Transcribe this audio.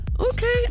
Okay